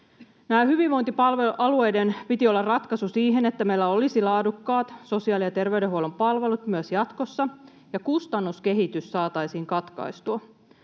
hyvinvointialueiden piti olla ratkaisu siihen, että meillä olisi laadukkaat sosiaali- ja terveydenhuollon palvelut myös jatkossa ja kustannuskehitys saataisiin katkaistua.